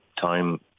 time